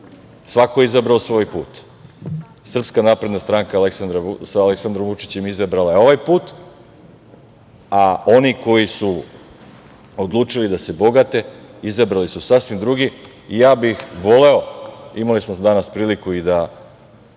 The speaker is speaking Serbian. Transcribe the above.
je izabrao svoj put. Srpska napredna stranka sa Aleksandrom Vučićem izabrala je ovaj put, a oni koji su odlučili da se bogate, izabrali su sasvim drugi. Ja bih voleo, imali smo danas priliku i da